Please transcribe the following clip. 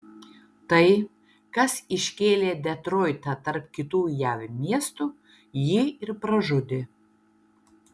tai kas iškėlė detroitą tarp kitų jav miestų jį ir pražudė